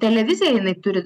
televizija jinai turi